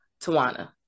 Tawana